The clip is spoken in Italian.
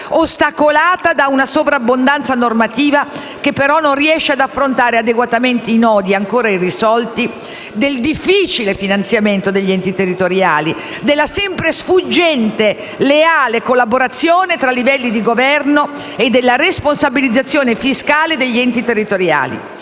ostacolata da una sovrabbondanza normativa che, però, non riesce ad affrontare adeguatamente i nodi ancora irrisolti del difficile finanziamento degli enti territoriali, della sempre sfuggente, leale collaborazione tra livelli di Governo e della responsabilizzazione fiscale degli enti territoriali.